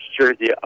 jersey